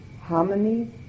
harmony